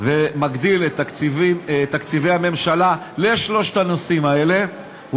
ומגדיל את תקציבי הממשלה לשלושת הנושאים האלה,